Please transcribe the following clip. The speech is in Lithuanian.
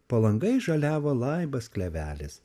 po langais žaliavo laibas klevelis